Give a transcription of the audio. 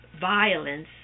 violence